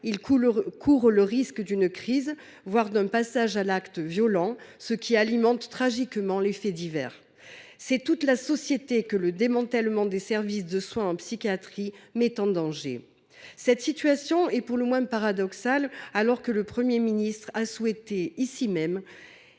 ils courent le risque d’une crise, voire d’un passage à l’acte violent, ce qui alimente tragiquement les faits divers. C’est toute la société que le démantèlement des services de soins en psychiatrie met en danger. Cette situation est pour le moins paradoxale, alors que le Premier ministre a dit, ici même,